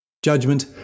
Judgment